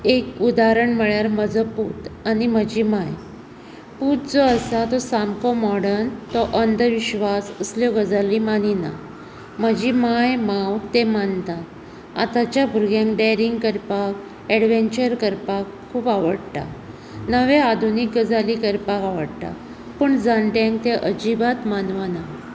एक उदारण म्हळ्यार म्हजो पूत आनी म्हजी मांय पूत जो आसा तो सामको मॉडर्न तो अंदविश्वास असल्यो गजाली मानिना म्हजी मांय मांव ते मानता आतांच्या भुरग्यांक डॅरींग करपाक एडवॅन्चर करपाक खूब आवडटा नवे आधुनीक गजाली करपाक आवाडटा पूण जाण्ट्यांक तें अजिबात मानवना